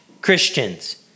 Christians